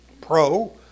Pro